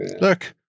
Look